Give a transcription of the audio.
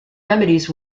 remedies